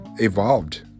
evolved